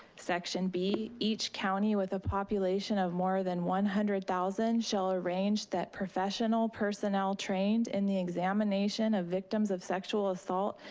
section b, each county with a population of more than one hundred thousand shall arrange that professional personnel trained in the examination of victims of sexual assault,